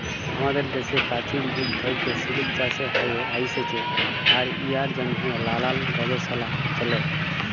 আমাদের দ্যাশে পাচীল যুগ থ্যাইকে সিলিক চাষ হ্যঁয়ে আইসছে আর ইয়ার জ্যনহে লালাল গবেষলা চ্যলে